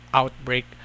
outbreak